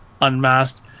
Unmasked